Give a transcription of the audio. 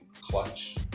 Clutch